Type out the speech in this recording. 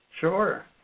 Sure